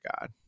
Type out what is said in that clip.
God